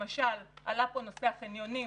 למשל עלה פה נושא החניונים,